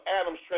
Adam's